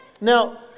Now